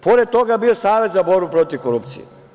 Pored toga je bio i Savet za borbu protiv korupcije.